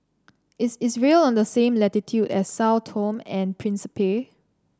is Israel on the same latitude as Sao Tome and Principe